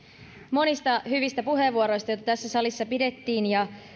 monista hyvistä puheenvuoroista joita tässä salissa pidettiin ja